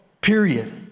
period